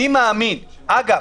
אגב,